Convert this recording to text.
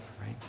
right